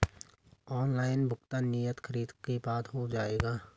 Online भुगतान नियत तारीख के बाद हो जाएगा?